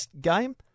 game